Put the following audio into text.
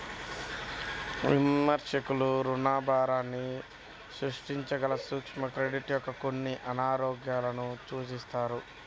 విమర్శకులు రుణభారాన్ని సృష్టించగల సూక్ష్మ క్రెడిట్ యొక్క కొన్ని అనారోగ్యాలను సూచిస్తారు